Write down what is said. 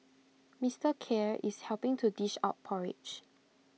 Mister Khair is helping to dish out porridge